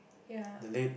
ya